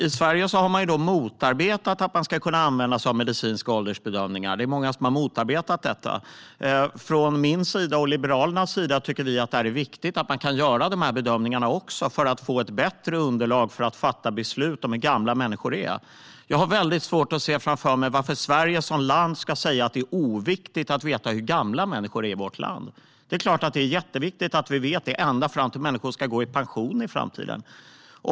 I Sverige är det många som har motarbetat att man ska kunna använda sig av medicinska åldersbedömningar. Jag och Liberalerna tycker att det är viktigt att man kan göra dessa bedömningar för att få ett bättre underlag för att fatta beslut om hur gamla människor är. Jag har väldigt svårt att se varför Sverige som land ska säga att det är oviktigt att veta hur gamla människor är i vårt land. Det är klart att det är jätteviktigt att vi vet detta, ända tills människor ska gå i pension i framtiden.